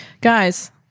Guys